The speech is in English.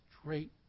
straight